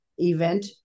event